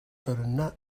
tarannà